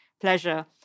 pleasure